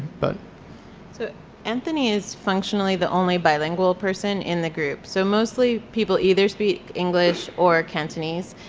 but so anthony is functionally the only bilingual person in the group. so mostly people either speak english or cantonese,